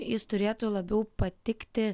jis turėtų labiau patikti